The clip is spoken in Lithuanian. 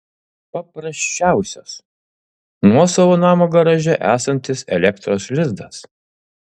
paprasčiausias nuosavo namo garaže esantis elektros lizdas